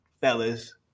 fellas